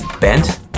bent